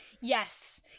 yes